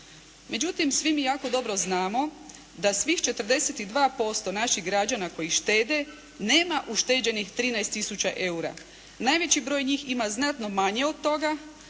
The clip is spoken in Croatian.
Međutim, svi mi jako dobro znamo da svih 42% naših građana koji štede nema ušteđenih 13 tisuća eura. Najveći broj njih ima znatno manje od toga